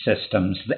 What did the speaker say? systems